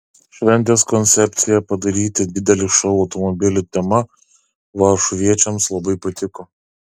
šventės koncepcija padaryti didelį šou automobilių tema varšuviečiams labai patiko